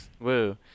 Woo